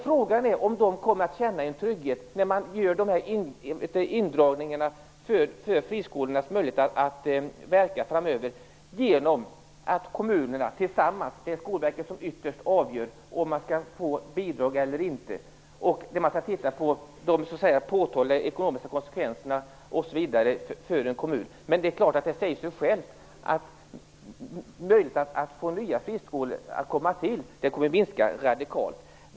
Frågan är om de kommer att känna trygghet när det görs neddragningar och friskolornas möjlighet att verka framöver minskas. Det görs tillsammans med kommunerna. Skolverket avgör ytterst om en skola skall få bidrag eller inte. Man tittar på de påtagliga ekonomiska konsekvenserna för en kommun. Men det säger sig självt att möjligheten för att starta nya friskolor kommer att minska radikalt.